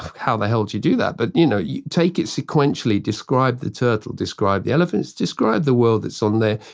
how the hell'd you do that? but, you know you take it sequentially. describe the turtle, describe the elephants, describe the world that's on there,